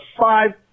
five